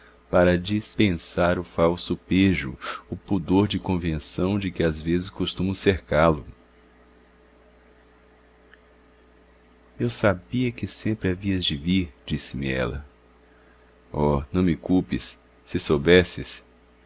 para dispensar o falso pejo o pudor de convenção de que às vezes costumam cercá lo eu sabia que sempre havias de vir disse-me ela oh não me culpes se soubesses